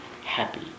happy